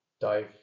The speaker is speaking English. dive